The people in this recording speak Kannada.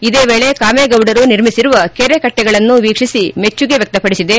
ಇದೇ ವೇಳಿ ಕಾಮೇಗೌಡರು ನಿರ್ಮಿಸಿರುವ ಕೆರೆಕಟ್ಟೆಗಳನ್ನು ವೀಕ್ಷಿಸಿ ಮೆಚ್ಚುಗೆ ವ್ಯಕ್ತಪಡಿಸಿದೆ